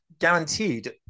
guaranteed